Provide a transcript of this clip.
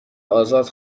آزاد